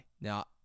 Now